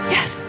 Yes